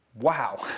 wow